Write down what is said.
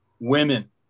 women